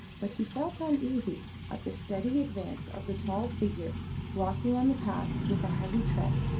but he felt uneasy at the steady advance of the tall figure walking on the path with a heavy tread,